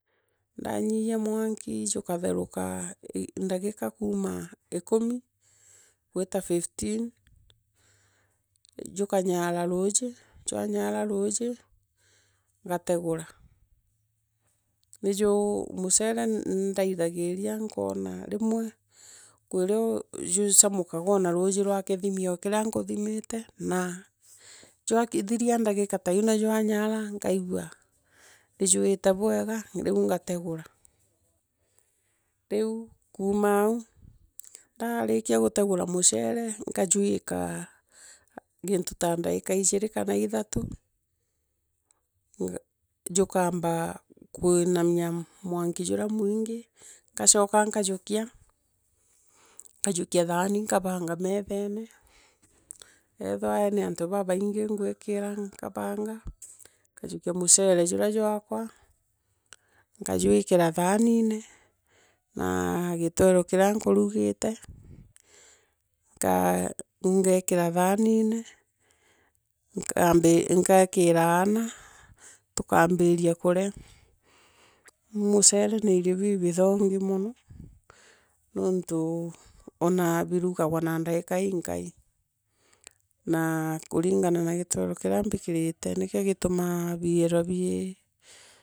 Ndanyiyia mwaniki, jukatheruka ndagika kuuma ikumi gwita fifteen. uukanyoara vuuri, uwanyaara vuuji ngategura. niju mucere indaithagiria, nkona rimwe kwirio juchamukaga na ruuji orwa kithimi kiria nkuthimite na jwakinya ndagika iu na jwanyaara, nkaigua nijuite bwega, riu ugategura. Riu kumau ndarikia gutegura mucere, nkawiika girito ta ndaika ijiri kana ithatu, njukaamba gwinamia mwanki jurea mwingi ngachoka nkajukia, nkajukia thani, nkabaanga methane, oethira ni antu babaingi gwikira nkabanga nkajukia mucere jurea jwaakwa, nkajwikira thaanine, na gitweno tiria nkurugite, ngaa, ngeekira thaanine nkaikira aana, tukambiria na ndaika kurea. Mucere ni irio bibithongi mono nontonja birugagwa na ndaika iinkai na kuringana na gitweru kira mbikirite nikiogitumaa biithirwa bii.